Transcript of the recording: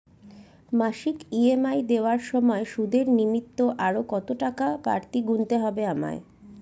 মাসিক ই.এম.আই দেওয়ার সময়ে সুদের নিমিত্ত আরো কতটাকা বাড়তি গুণতে হবে আমায়?